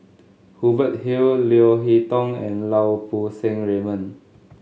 Hubert Hill Leo Hee Tong and Lau Poo Seng Raymond